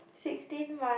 sixteen month